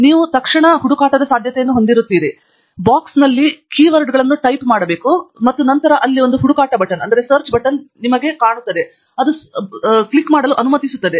ನೀವು ತಕ್ಷಣ ಹುಡುಕಾಟದ ಸಾಧ್ಯತೆಯನ್ನು ಹೊಂದಿರುತ್ತೀರಿ ಪೆಟ್ಟಿಗೆಯಲ್ಲಿ ಕೀವರ್ಡ್ಗಳನ್ನು ಸೂಕ್ತಪದ ಟೈಪ್ ಮಾಡಲು ಮತ್ತು ನಂತರ ಅಲ್ಲಿ ಒಂದು ಹುಡುಕಾಟ ಬಟನ್ ಅನ್ನು ನಿಮಗೆ ಅನುಮತಿಸುತ್ತದೆ